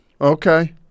Okay